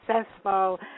successful